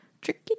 Tricky